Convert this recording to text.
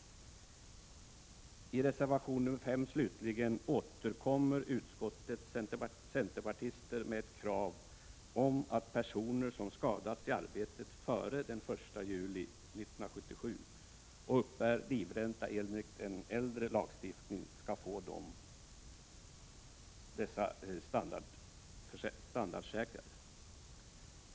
I reservation nr 5 slutligen återkommer utskottets centerpartister med ett krav på att personer som skadats i arbetet före den 1 juli 1977 och uppbär livränta enligt äldre lagstiftning skall få dessa standardsäkrade.